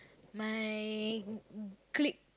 my clique